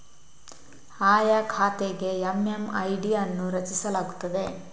ಆಯಾ ಖಾತೆಗೆ ಎಮ್.ಎಮ್.ಐ.ಡಿ ಅನ್ನು ರಚಿಸಲಾಗುತ್ತದೆ